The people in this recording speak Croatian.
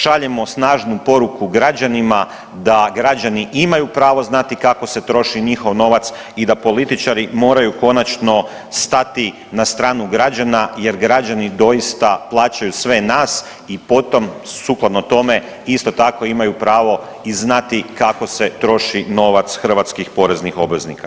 Šaljemo snažnu poruku građanima da građani imaju pravo znati kako se troši njihov novac i da političari moraju konačno stati na stranu građana jer građani doista plaćaju sve nas i potom sukladno tome, isto tako, imaju pravo i znati kako se troši novac hrvatskih poreznih obveznika.